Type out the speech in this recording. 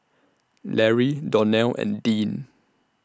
Larry Donell and Dean